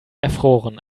erfroren